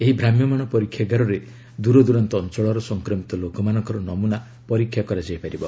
ଏହି ଭ୍ରାମ୍ୟମାଣ ପରୀକ୍ଷାଗାରରେ ଦୂରଦୂରାନ୍ତ ଅଞ୍ଚଳର ସଂକ୍ରମିତ ଲୋକମାନଙ୍କର ନମୁନା ପରୀକ୍ଷା କରାଯାଇ ପାରିବ